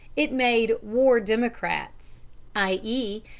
it made war democrats i e,